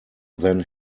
than